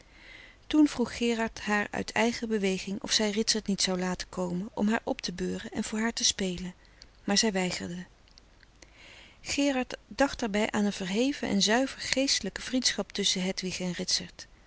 toen vroeg gerard haar uit eigen beweging of zij frederik van eeden van de koele meren des doods ritsert niet zou laten komen om haar op te beuren en voor haar te spelen maar zij weigerde gerard dacht daarbij aan een verheven en zuiver geestelijke vriendschap tusschen hedwig en ritsert